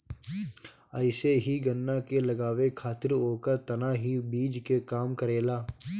अइसे ही गन्ना के लगावे खातिर ओकर तना ही बीज के काम करेला